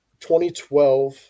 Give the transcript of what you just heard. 2012